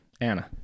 Anna